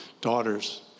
daughters